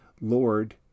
Lord